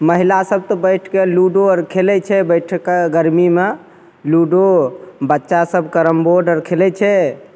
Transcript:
महिला सब तऽ बैठिके लूडो अर खेलय छै बैठके गरमीमे लूडो बच्चा सब कैरम बोर्ड अर खेलय छै